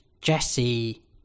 Jesse